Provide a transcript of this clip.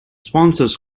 sponsors